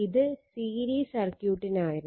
ഇത് സീരീസ് സർക്യൂട്ടിനായിരുന്നു